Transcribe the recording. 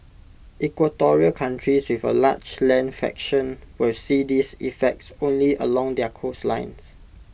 equatorial countries with A large land fraction will see these effects only along their coastlines